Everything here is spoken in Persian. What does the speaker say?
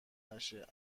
نشه